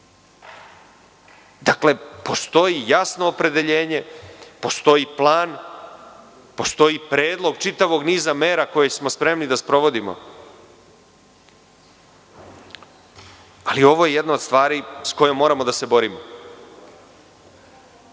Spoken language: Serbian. rada. Postoji jasno opredeljenje. Postoji plan. Postoji predlog čitavog niza mera koje smo spremni da sprovodimo. Ovo je jedna od stvari sa kojom moramo da se borimo. Verujte